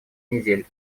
недель